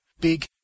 big